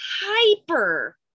hyper